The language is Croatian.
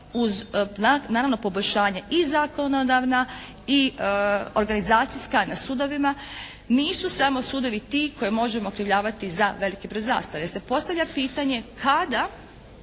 uz naravno poboljšanje i zakonodavna i organizacijska na sudovima nisu samo sudovi ti koje možemo okrivljavati za veliki broj zastare jer se postavlja pitanje kada